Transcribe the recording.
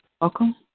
welcome